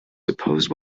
deposed